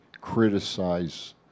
criticize